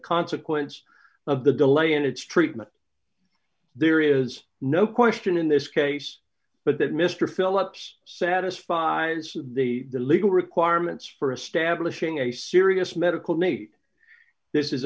consequence of the delay in its treatment there is no question in this case but that mr philips satisfies the legal requirements for establishing a serious medical need this is